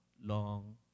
long